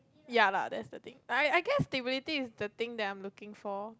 ya lah that's the thing I I guess stability is the thing that I'm looking for